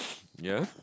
ya